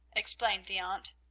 explained the aunt.